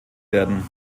werden